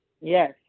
Yes